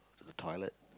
to the toilet